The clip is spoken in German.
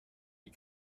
wie